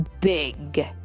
big